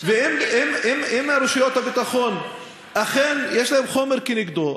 ואם לרשויות הביטחון אכן יש חומר כנגדו,